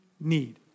need